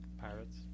Pirates